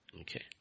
Okay